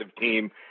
team